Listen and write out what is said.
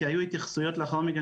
כי היו התייחסויות לאחר מכן,